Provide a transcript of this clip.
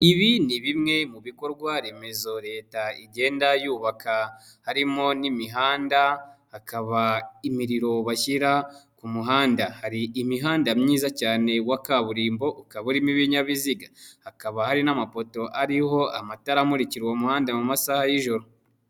Ibi ni bimwe mu bikorwa remezo leta igenda yubaka, harimo n'imihanda, hakaba imiriro bashyira ku muhanda, hari imihanda myiza cyane wa kaburimbo, ukaba urimo ibinyabiziga, hakaba hari n'amapoto ariho amatara amurikira uwo muhanda mu masaha y'ijoro.